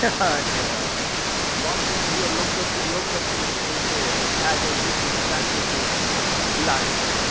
अच्छा अच्छा बाँकि तइयो लोक सबकेँ लोक सबकेँ जे छै से भए जाइत छै कि नहि भए जाइत छै इलाज ओहिठाम